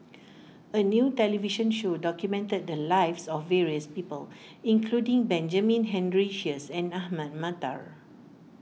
a new television show documented the lives of various people including Benjamin Henry Sheares and Ahmad Mattar